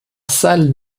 salle